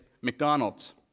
McDonald's